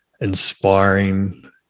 inspiring